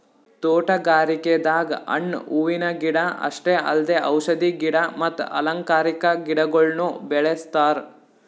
ತೋಟಗಾರಿಕೆದಾಗ್ ಹಣ್ಣ್ ಹೂವಿನ ಗಿಡ ಅಷ್ಟೇ ಅಲ್ದೆ ಔಷಧಿ ಗಿಡ ಮತ್ತ್ ಅಲಂಕಾರಿಕಾ ಗಿಡಗೊಳ್ನು ಬೆಳೆಸ್ತಾರ್